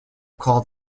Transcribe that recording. called